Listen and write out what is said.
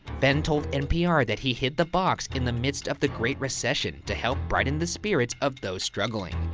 fenn told npr that he hid the box in the midst of the great recession to help brighten the spirits of those struggling,